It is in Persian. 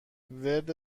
ورد